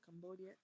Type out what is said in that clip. Cambodia